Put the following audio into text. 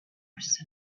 horse